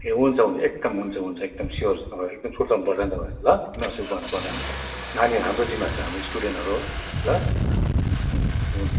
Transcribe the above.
ए हुन्छ हुन्छ एकदम हुन्छ हुन्छ एकदम स्योर तपाईँ एकदम सुर्ताउनु पर्दैन तपाईँ ल सुर्ताउनु पर्दैन नानीहरू हाम्रो जिम्मा छ हाम्रो स्टुडेन्टहरू हो ल हुन्छ हुन्छ